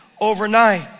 overnight